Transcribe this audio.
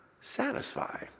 satisfy